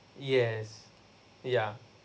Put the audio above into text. yes yeah